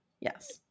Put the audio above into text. yes